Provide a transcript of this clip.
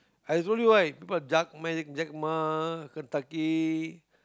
I'll show you why people like Jack-Ma Kentucky